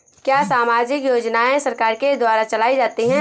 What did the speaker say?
क्या सामाजिक योजनाएँ सरकार के द्वारा चलाई जाती हैं?